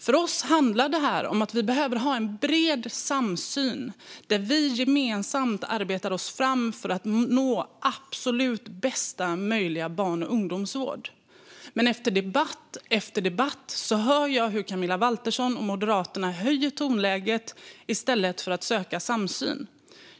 För oss handlar det här om att vi behöver ha en bred samsyn där vi gemensamt arbetar oss fram för att nå absolut bästa möjliga barn och ungdomsvård. Men i debatt efter debatt hör jag hur Camilla Waltersson Grönvall och Moderaterna höjer tonläget i stället för att söka samsyn.